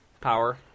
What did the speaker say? power